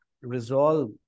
resolve